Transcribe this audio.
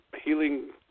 healing